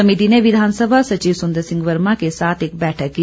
समिति ने विधानसभा सचिव सुंदर सिंह वर्मा के साथ एक बैठक की